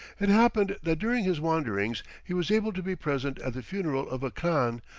it happened that during his wanderings he was able to be present at the funeral of a khan,